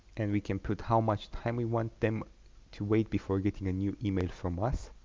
and we can put how much time we want them to wait before getting a new email from us